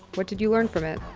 what did you learn from it?